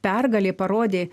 pergalė parodė